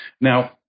Now